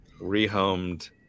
rehomed